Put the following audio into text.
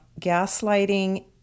gaslighting